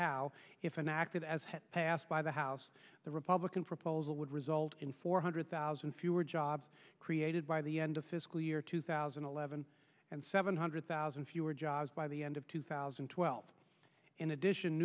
how if an acted as had passed by the house the republican proposal would result in four hundred thousand fewer jobs created by the end of fiscal year two thousand and eleven and seven hundred thousand fewer jobs by the end of two thousand and twelve in addition